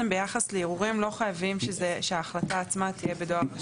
ביחס לערעורים לא חייבים שההחלטה עצמה תהיה בדואר רשום.